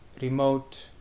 remote